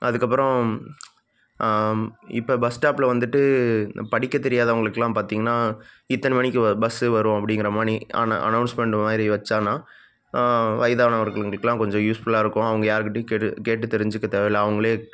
அதுக்கப்புறம் இப்போ பஸ் ஸ்டாப்பில் வந்துட்டு படிக்க தெரியாதவர்களுக்குலாம் பார்த்தீங்கன்னா இத்தனை மணிக்கு வ பஸ்ஸு வரும் அப்படிங்கிற மாரி ஆன அனௌன்ஸ்மெண்ட் மாதிரி வைச்சாங்கன்னா வயதானவருங்களுக்கெல்லாம் கொஞ்சம் யூஸ்ஃபுல்லாக இருக்கும் அவங்க யாருக்கிட்டேயும் கேட்டு கேட்டு தெரிஞ்சுக்க தேவையில்லை அவங்களே